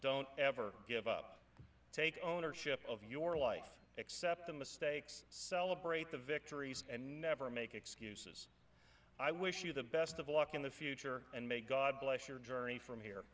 don't ever give up take ownership of your life except the mistakes celebrate the victories and never make excuses i wish you the best of luck in the future and may god bless your journey from here